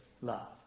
love